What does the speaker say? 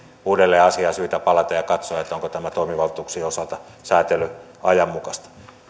syytä palata uudelleen asiaan ja katsoa onko tämä sääntely toimivaltuuksien osalta ajanmukaista